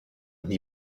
nie